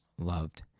loved